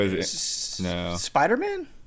Spider-Man